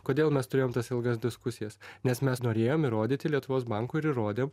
kodėl mes turėjom tas ilgas diskusijas nes mes norėjom įrodyti lietuvos bankui ir įrodėm